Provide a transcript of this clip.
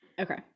Okay